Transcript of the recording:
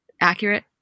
accurate